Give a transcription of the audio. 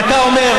כי אתה אומר: